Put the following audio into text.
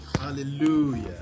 Hallelujah